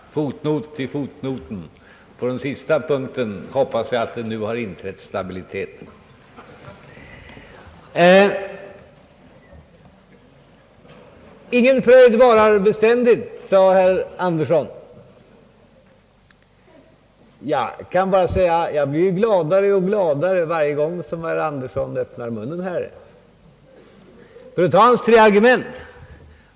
Herr talman! Fotnot till fotnoten: På den sista punkten hoppas jag att det nu har inträtt stabilitet. Ingen fröjd varar beständigt, sade herr Axel Andersson. Jag blir gladare för varje gång han öppnar munnen här. Ta bara hans tre argument.